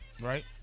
right